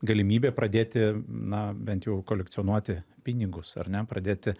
galimybė pradėti na bent jau kolekcionuoti pinigus ar ne pradėti